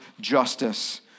justice